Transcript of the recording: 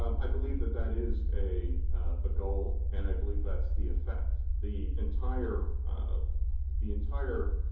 i believe that that is a a goal, and i believe that's the effect. the entire the entire